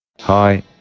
Hi